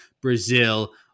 Brazil